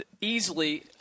easily